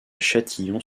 châtillon